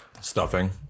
Stuffing